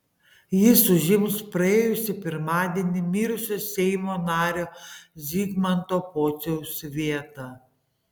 jis užims praėjusį pirmadienį mirusio seimo nario zigmanto pociaus vietą